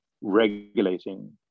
regulating